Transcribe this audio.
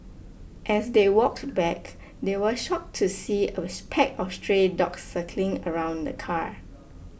as they walked back they were shocked to see there was pack of stray dogs circling around the car